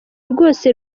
rwose